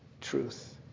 truth